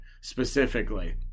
specifically